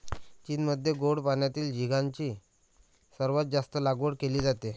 चीनमध्ये गोड पाण्यातील झिगाची सर्वात जास्त लागवड केली जाते